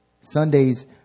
Sundays